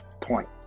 point